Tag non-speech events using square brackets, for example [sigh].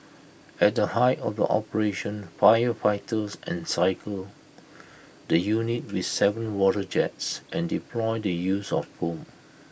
at the height of the operation firefighters encircled [noise] the units with Seven water jets and deployed the use of foam